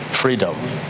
Freedom